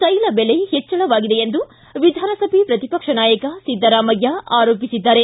ತೈಲ ಬೆಲೆ ಹೆಚ್ಚಳವಾಗಿದೆ ಎಂದು ವಿಧಾನಸಭೆ ಪ್ರತಿಪಕ್ಷ ನಾಯಕ ಸಿದ್ದರಾಮಯ್ಯ ಆರೋಪಿಸಿದ್ದಾರೆ